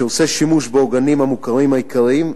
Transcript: ועושה שימוש בעוגנים המוכרים העיקריים,